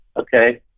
Okay